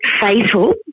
fatal